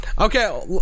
Okay